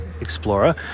Explorer